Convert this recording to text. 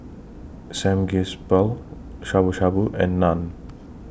Samgeyopsal Shabu Shabu and Naan